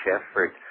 effort